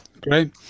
great